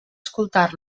escoltar